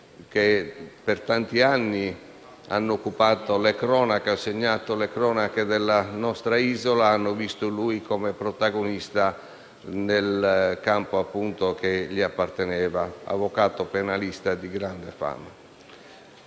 che per tanti anni hanno occupato e segnato le cronache della nostra isola, lo hanno visto protagonista nel campo che gli apparteneva, come avvocato penalista di grande fama.